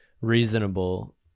reasonable